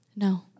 No